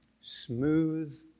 Smooth